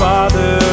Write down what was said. Father